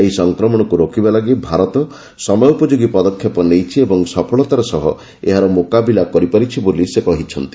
ଏହି ସଂକ୍ରମଣକୁ ରୋକିବା ଲାଗି ଭାରତ ସମୟୋପଯୋଗୀ ପଦକ୍ଷେପ ନେଇଛି ଏବଂ ସଫଳତାର ସହ ଏହାର ମୁକାବିଲା କରିପାରିଛି ବୋଲି ସେ କହିଚ୍ଛନ୍ତି